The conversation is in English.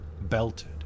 belted